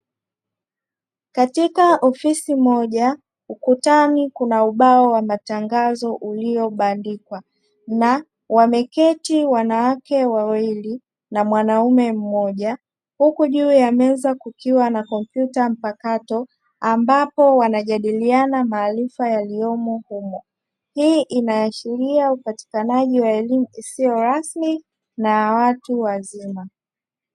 Katika ofisi moja, ukutani kuna ubao wa matangazo uliobandikwa, na wameketi wanawake wawili na mwanaume mmoja, huku juu ya meza kukiwa na kompyuta mpakato ambapo wanajadiliana maarifa yaliyomo humo. Hii inaashiria upatikanaji wa elimu isiyo rasmi na watu wazima.